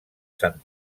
sant